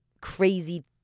crazy